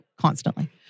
constantly